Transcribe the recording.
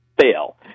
fail